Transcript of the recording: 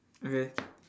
okay